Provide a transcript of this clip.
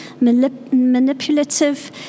manipulative